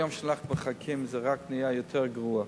כל יום שאנחנו מחכים, זה רק נהיה יותר גרוע.